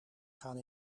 gaan